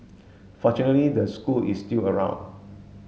fortunately the school is still around